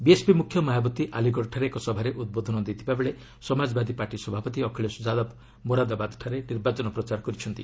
BSP ମ୍ରଖ୍ୟ ମାୟାବତୀ ଆଲିଗଡ଼ଠାରେ ଏକ ସଭାରେ ଉଦ୍ବୋଧନ ଦେଇଥିବାବେଳେ ସମାଜବାଦୀ ପାର୍ଟି ସଭାପତି ଅଖିଳେଶ ଯାଦବ ମୋରାଦାବାଦଠାରେ ନିର୍ବାଚନ ପ୍ରଚାର କରିଛନ୍ତି